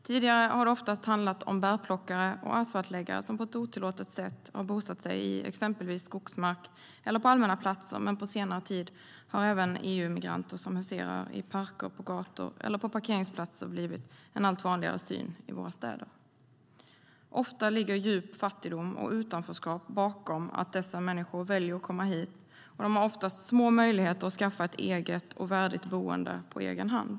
Tidigare har det oftast handlat om bärplockare och asfaltläggare som på ett otillåtet sätt har bosatt sig i exempelvis skogsmark eller på allmänna platser, men på senare tid har även EU-migranter som huserar i parker, på gator eller på parkeringsplatser blivit en allt vanligare syn i våra städer. Ofta ligger djup fattigdom och utanförskap bakom att dessa människor väljer att komma hit, och de har oftast små möjligheter att skaffa ett eget och värdigt boende på egen hand.